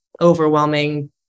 overwhelming